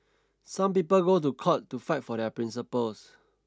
some people go to court to fight for their principles